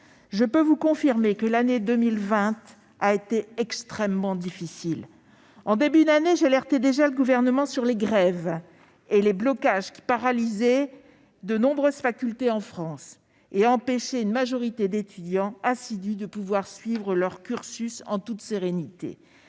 Je peux vous confirmer que l'année 2020 a été extrêmement difficile. En début d'année, j'alertais déjà le Gouvernement sur les grèves et les blocages qui paralysaient de nombreuses facultés en France et empêchaient une majorité d'étudiants assidus de pouvoir suivre leur cursus en toute sérénité.